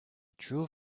true